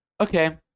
okay